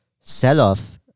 sell-off